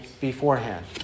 beforehand